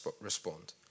respond